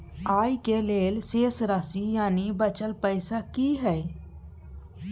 आय के लेल शेष राशि यानि बचल पैसा की हय?